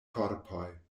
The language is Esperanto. korpoj